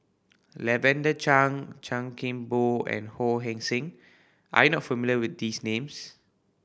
Lavender Chang Chan Kim Boon and Ho Hong Sing are you not familiar with these names